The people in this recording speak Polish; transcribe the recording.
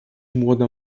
młoda